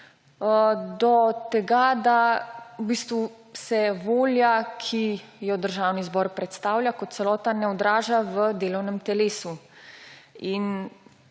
do tega, da se v bistvu volja, ki jo Državni zbor predstavlja kot celota, ne odraža v delovnem telesu.